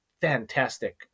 fantastic